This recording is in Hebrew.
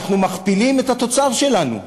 אנחנו מכפילים את התוצר שלנו.